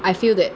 I feel that